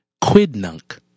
quidnunc